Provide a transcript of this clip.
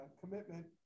commitment